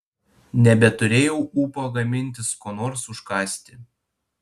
nebeturėjau ūpo gamintis ko nors užkąsti